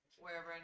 wherever